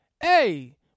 Hey